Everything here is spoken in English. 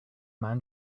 man